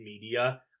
media